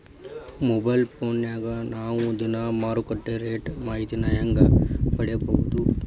Mobile ಫೋನ್ಯಾಗ ನಾವ್ ದಿನಾ ಮಾರುಕಟ್ಟೆ ರೇಟ್ ಮಾಹಿತಿನ ಹೆಂಗ್ ಪಡಿಬೋದು?